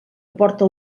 porta